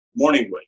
Morningwood